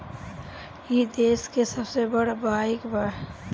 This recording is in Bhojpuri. ई देस के सबसे बड़ बईक बा